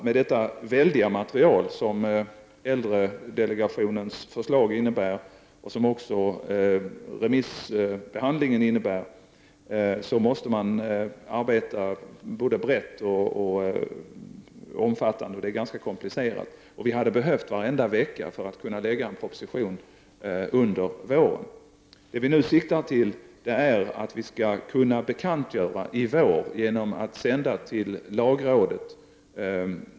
Med det väldiga material som äldredelegationens förslag och remissbehandlingen innebär måste man arbeta både brett och omfattande, och det är ganska komplicerat. Vi hade behövt varje vecka för att kunna lägga fram en proposition under våren. Nu siktar vi mot att kunna bekantgöra de förslag som vi har och sända dessa till lagrådet.